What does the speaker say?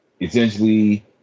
essentially